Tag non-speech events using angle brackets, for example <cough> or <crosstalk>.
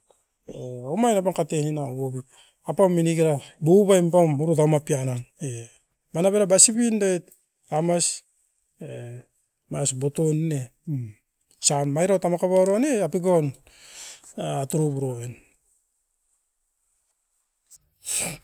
O omai nom pakate ina owit. Apaum minekera dubaim pam burutama pian na, e banap era basipin duet tamas en aus butunn ne <hesitation> saim mairo taumoko bairaun ne era pikioum a turuburu- uin. <noise>